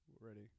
Ready